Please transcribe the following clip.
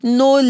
no